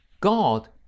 God